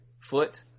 Foot